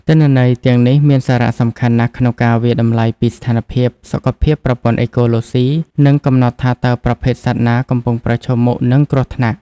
ទិន្នន័យទាំងនេះមានសារៈសំខាន់ណាស់ក្នុងការវាយតម្លៃពីស្ថានភាពសុខភាពប្រព័ន្ធអេកូឡូស៊ី និងកំណត់ថាតើប្រភេទសត្វណាកំពុងប្រឈមមុខនឹងគ្រោះថ្នាក់។